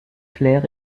clair